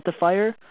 Identifier